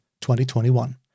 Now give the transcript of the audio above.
2021